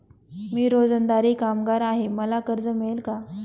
मी रोजंदारी कामगार आहे मला कर्ज मिळेल का?